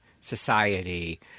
society